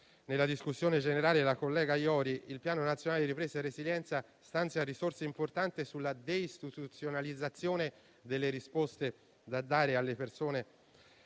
nella discussione generale la collega Iori, il Piano nazionale di ripresa e resilienza stanzia risorse importanti sulla deistituzionalizzazione delle risposte da dare alle persone